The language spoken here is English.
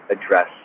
address